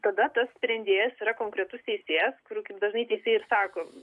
tada tas sprendėjas yra konkretus teisėjas kur kaip dažnai teisėjai sako